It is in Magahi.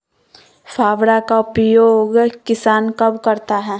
फावड़ा का उपयोग किसान कब करता है?